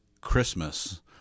Christmas